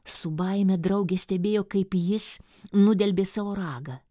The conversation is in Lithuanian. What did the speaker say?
su baime draugė stebėjo kaip jis nudelbė savo ragą